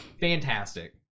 fantastic